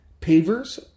pavers